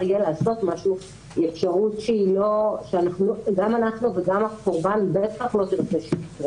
לעשות משהו היא אפשרות שגם אנחנו וגם הקורבן לא נרצה שיקרה.